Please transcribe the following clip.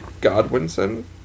Godwinson